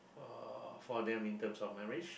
uh for them in terms of marriage